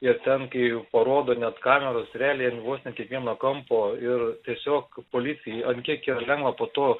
ir ten kai parodo net kameros realiai an vos ne kiekvieno kampo ir tiesiog policijai ant kiek yra lengva po to